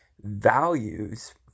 values